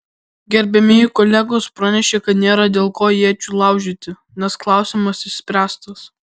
gerbiamieji kolegos pranešė kad nėra dėl ko iečių laužyti nes klausimas išspręstas